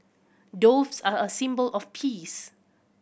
doves are a symbol of peace